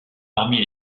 parmi